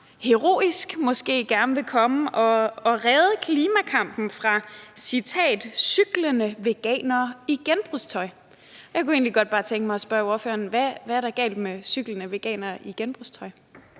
heroisk gerne vil komme og redde klimakampen fra »cyklende veganere i genbrugstøj.« Jeg kunne egentlig godt bare tænke mig at spørge ordføreren, hvad der er galt med cyklende veganere i genbrugstøj.